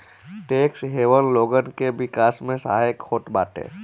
tax haven लोगन के विकास में सहायक होत बाटे